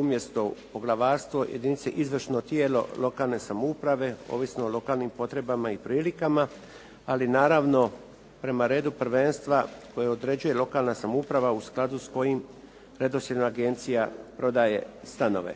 umjesto poglavarstvo jedinice izvršno tijelo lokalne samouprave ovisno o lokalnim potrebama i prilikama. Ali naravno prema redu prvenstva koje određuje lokalna samouprava u skladu s kojim redoslijedom agencija prodaje stanove.